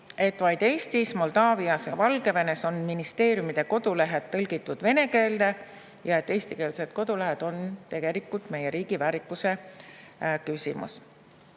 et vaid Eestis, Moldaavias ja Valgevenes on ministeeriumide kodulehed tõlgitud vene keelde. Ka ütles ta, et [ainult] eestikeelsed kodulehed on tegelikult meie riigi väärikuse küsimus.